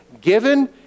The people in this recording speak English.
Given